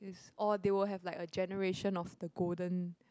is or they will have like a generation of the golden